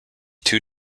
two